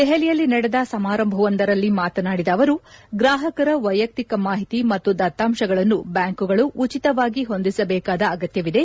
ದೆಹಲಿಯಲ್ಲಿ ನಡೆದ ಸಮಾರಂಭವೊಂದರಲ್ಲಿ ಮಾತನಾಡಿದ ಅವರು ಗ್ರಾಹಕರ ವೈಯಕ್ತಿಕ ಮಾಹಿತಿ ಮತ್ತು ದತ್ತಾಂಶಗಳನ್ನು ಬ್ಯಾಂಕುಗಳು ಉಚಿತವಾಗಿ ಹೊಂದಿಸಬೇಕಾದ ಅಗತ್ಯವಿದೆ